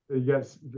yes